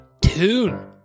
tune